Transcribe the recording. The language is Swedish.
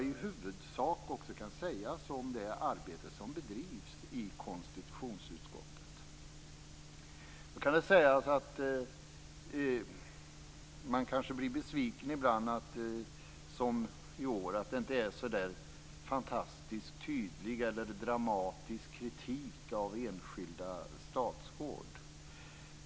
I huvudsak kan det nog sägas också om det arbete som bedrivs i konstitutionsutskottet. Ibland blir man kanske, som i år, litet besviken över att det inte är fråga om en så fantastiskt tydlig eller dramatisk kritik av enskilda statsråd.